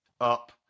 up